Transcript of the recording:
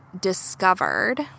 discovered